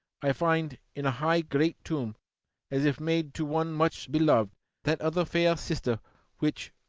i find in a high great tomb as if made to one much beloved that other fair sister which,